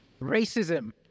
racism